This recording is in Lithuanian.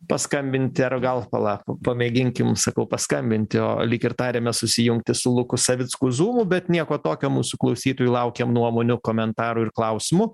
paskambinti ar gal pala pamėginkim sakau paskambinti o lyg ir tariame susijungti su luku savicku zulu bet nieko tokio mūsų klausytojų laukiam nuomonių komentarų ir klausimų